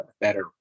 better